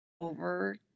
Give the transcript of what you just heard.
over